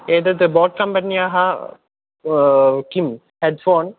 एतत् बोट् कम्पन्याः किं हेड्फ़ोन्